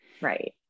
Right